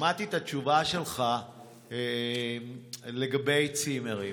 שמעתי את התשובה שלך לגבי צימרים.